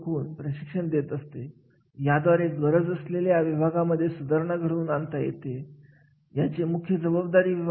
general electric company मध्ये महत्त्वाची असणारी सर्व कार्य कमी करून टाकली कारण की त्यांचं असं म्हणणं होतं की जेवढे कमीत कमी कार्य असते तेवढे चांगला